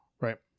Right